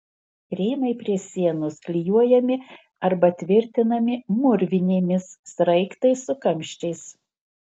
rėmai prie sienos klijuojami arba tvirtinami mūrvinėmis sraigtais su kamščiais